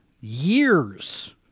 years